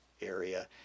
area